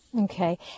Okay